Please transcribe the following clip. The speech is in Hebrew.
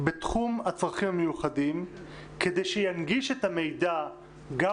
בתחום הצרכים המיוחדים כדי שינגיש את המידע גם